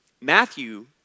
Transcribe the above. Matthew